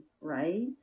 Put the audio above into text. right